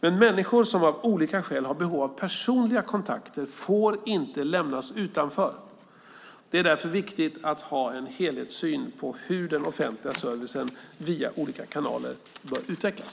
Men människor som av olika skäl har behov av personliga kontakter får inte lämnas utanför. Det är därför viktigt att ha en helhetssyn på hur den offentliga servicen via olika kanaler bör utvecklas.